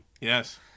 yes